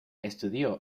estudió